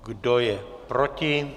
Kdo je proti?